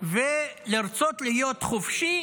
ולרצות להיות חופשי